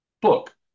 book